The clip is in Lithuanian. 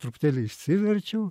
truputėlį išsiverčiau